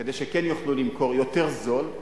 כדי שכן יוכלו למכור יותר בזול,